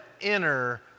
inner